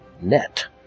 net